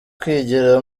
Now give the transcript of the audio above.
kwigira